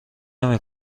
نمی